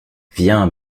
viens